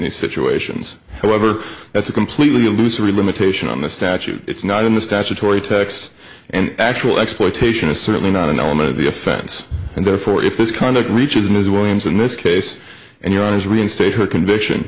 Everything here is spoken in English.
these situations however that's a completely illusory limitation on the statute it's not in the statutory text and actual exploitation is certainly not an element of the offense and therefore if this conduct reaches ms williams in this case and your honors reinstate her conviction